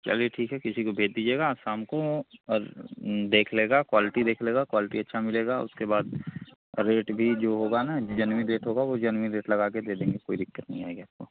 चलिए ठीक है किसी को भेज दीजिएगा आज शाम को और देख लेगा क्वालटी देख लेगा क्वालटी अच्छा मिलेगा उसके बाद रेट भी जो होगा ना जन्विन रेट होगा वो जन्विन रेट लगा के दे देंगे कोई दिक्कत नहीं आएगी आपको